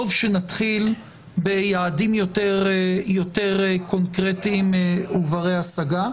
טוב שנתחיל עם יעדים יותר קונקרטיים ובני השגה.